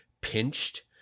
pinched